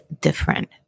different